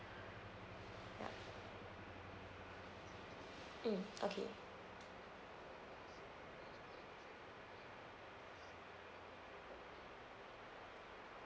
ya mm okay